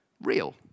real